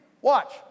Watch